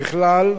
ככלל,